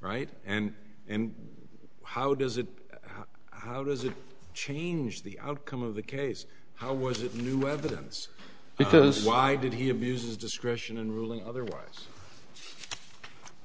right and how does it how does it change the outcome of the case how was new evidence because why did he abused his discretion in ruling otherwise